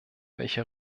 welche